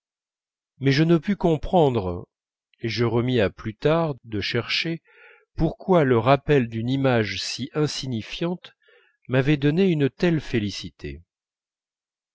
mais je ne pus comprendre et je remis à plus tard de chercher pourquoi le rappel d'une image si insignifiante m'avait donné une telle félicité